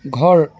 ঘৰ